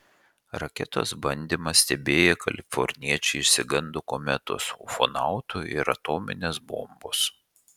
raketos bandymą stebėję kaliforniečiai išsigando kometos ufonautų ir atominės bombos